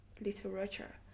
literature